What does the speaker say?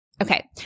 Okay